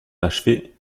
achevé